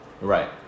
Right